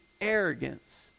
arrogance